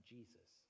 Jesus